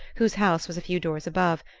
whose house was a few doors above,